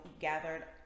gathered